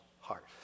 heart